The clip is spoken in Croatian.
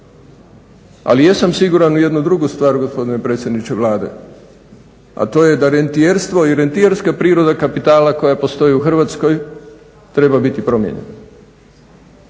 Ali jesam siguran u jednu drugu stvar gospodine predsjedniče Vlade, a to je da rentijerstvo i rentijerska priroda kapitala koja postoji u Hrvatskoj treba biti promijenjena.